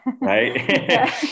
right